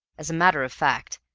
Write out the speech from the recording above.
as a matter of fact,